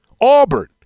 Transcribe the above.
Auburn